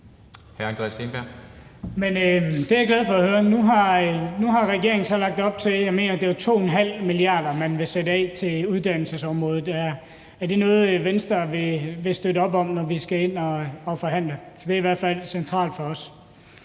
Det er jeg glad for at høre. Nu har regeringen så lagt op til, jeg mener, det var 2,5 mia. kr., man vil sætte af til uddannelsesområdet. Er det noget, Venstre vil støtte op om, når vi skal ind og forhandle? For det er i hvert fald centralt for os.